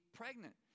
pregnant